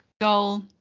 goal